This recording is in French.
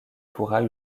pourra